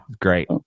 Great